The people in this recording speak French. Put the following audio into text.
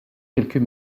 quelques